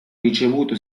ricevuto